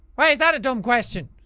why is that a dumb question?